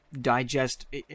digest